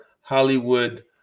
Hollywood